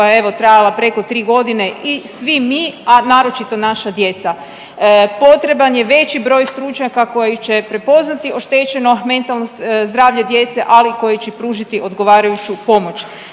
koja je evo trajala preko 3.g. i svi mi, a naročito naša djeca. Potreban je veći broj stručnjaka koji će prepoznati oštećeno mentalno zdravlje djece, ali koji će pružiti odgovarajući pomoć.